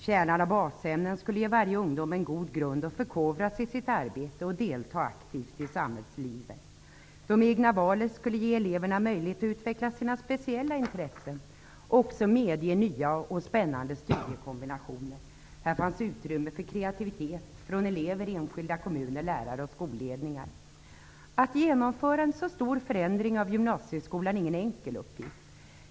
Kärnan av basämnen skulle ge varje ungdom en god grund för att förkovras i sitt arbete och delta aktivt i samhällslivet. De egna valen skulle ge eleverna möjlighet att utveckla sina speciella intressen och också medge nya och spännande studiekombinationer. Här fanns utrymme för kreativitet från elever, enskilda kommuner, lärare och skolledningar. Att genomföra en så stor förändring av gymnasieskolan är ingen enkel uppgift.